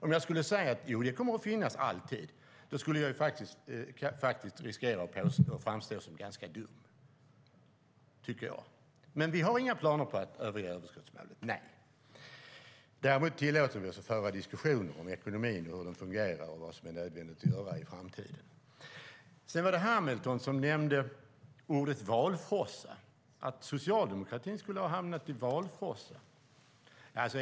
Om jag skulle säga att det alltid kommer att finnas riskerar jag att framstå som ganska dum. Vi har inga planer på att överge överskottsmålet, men vi tillåter oss att föra diskussioner om hur ekonomin fungerar och vad som är nödvändigt att göra i framtiden. Carl B Hamilton sade att socialdemokratin har fått valfrossa.